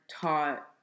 taught